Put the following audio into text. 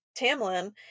Tamlin